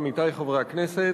עמיתי חברי הכנסת,